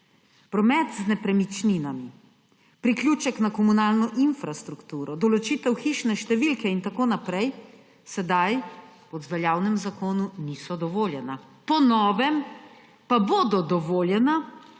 Promet z nepremičninami, priključek na komunalno infrastrukturo, določitev hišne številke in tako naprej sedaj, v veljavnem zakonu niso dovoljeni, po novem pa bodo dovoljeni,